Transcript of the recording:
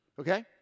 Okay